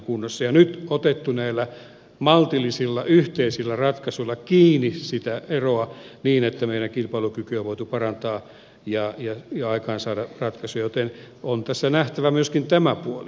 nyt on otettu näillä maltillisilla yhteisillä ratkaisuilla kiinni sitä eroa niin että meidän kilpailukykyä on voitu parantaa ja aikaansaada ratkaisuja joten on tässä nähtävä myöskin tämä puoli